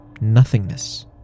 nothingness